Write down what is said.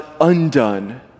undone